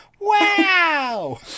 Wow